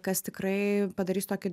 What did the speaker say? kas tikrai padarys tokį